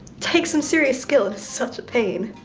takes some serious skill. it's such a pain.